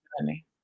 money